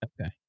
Okay